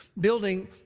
building